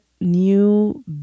new